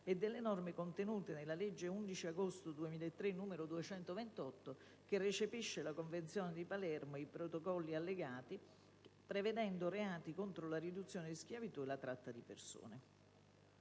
e dalle norme contenute nella legge 11 agosto 2003, n. 228, che recepisce la Convenzione di Palermo e i Protocolli allegati, prevedendo reati contro la riduzione in schiavitù e la tratta di persone.